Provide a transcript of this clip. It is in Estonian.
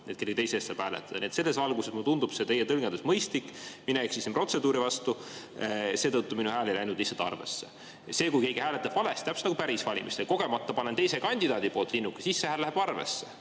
et kellegi teise eest saab hääletada. Nii et selles valguses mulle tundub teie tõlgendus mõistlik. Mina eksisin protseduuri vastu, seetõttu minu hääl ei läinud lihtsalt arvesse. Kui keegi hääletab valesti, täpselt nagu päris valimistel, kogemata pannakse teise kandidaadi poolt linnukene, siis see hääl läheb arvesse.